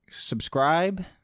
subscribe